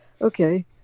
Okay